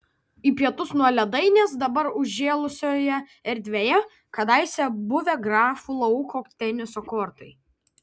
į pietus nuo ledainės dabar užžėlusioje erdvėje kadaise buvę grafų lauko teniso kortai